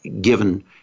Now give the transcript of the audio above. given